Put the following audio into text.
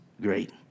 great